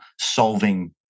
solving